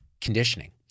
conditioning